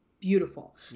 beautiful